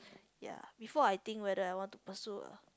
ya before I think whether I want to pursue